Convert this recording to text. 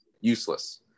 useless